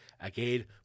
again